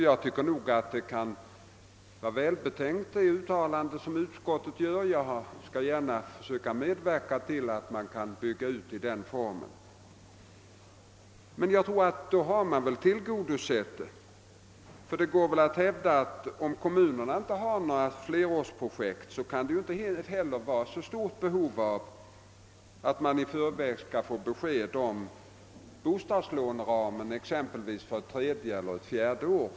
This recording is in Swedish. Jag tycker att detta uttalande från utskottet är välbetänkt, och jag skall gärna försöka medverka till att så sker. Men i och med detta har man väl också tillgodosett be hovet. Det kan väl nämligen hävdas att kommunerna, om de inte har några flerårsprojekt, inte heller kan ha så stort behov av att i förväg få besked om bostadslåneramen exempelvis för ett tredje eller fjärde år.